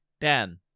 Dan